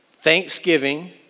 thanksgiving